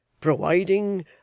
Providing